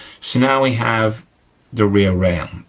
so, now we have the rear rail.